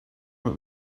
what